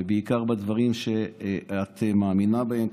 בעיקר בדברים שאת מאמינה בהם,